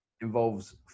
Involves